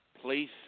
place